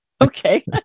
okay